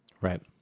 Right